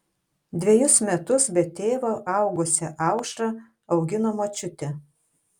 dvejus metus be tėvo augusią aušrą augino močiutė